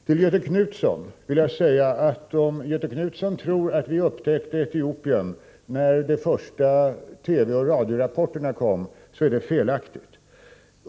Till Göthe Knutson vill jag säga att om Göthe Knutson tror att vi upptäckte Etiopien när de första TV och radiorapporterna kom, har han fel.